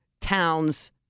town's